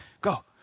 go